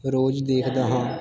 ਰੋਜ਼ ਦੇਖਦਾ ਹਾਂ